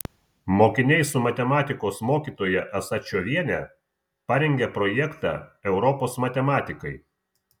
mokiniai su matematikos mokytoja asačioviene parengė projektą europos matematikai